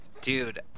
dude